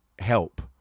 help